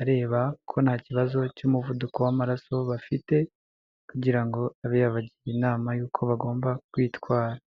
areba ko nta kibazo cy'umuvuduko w'amaraso bafite kugira ngo abe yabagira inama y'uko bagomba kwitwara.